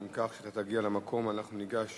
אם כך, כשאתה תגיע למקום אנחנו ניגש